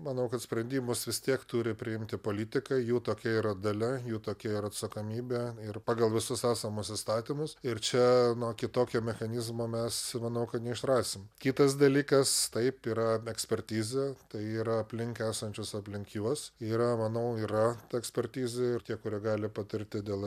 manau kad sprendimus vis tiek turi priimti politikai jų tokia yra dalia jų tokia ir atsakomybė ir pagal visus esamus įstatymus ir čia nu kitokio mechanizmo mes manau kad neišrasim kitas dalykas taip yra ekspertizė tai yra aplink esančius aplink juos yra manau yra ekspertizė ir tie kurie gali patarti dėl